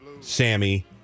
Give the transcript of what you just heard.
Sammy